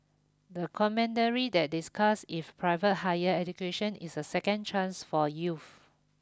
the commentary that discussed if private higher education is a second chance for youths